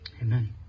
Amen